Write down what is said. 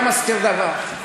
לא מסתיר דבר.